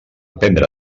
prendre